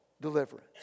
deliverance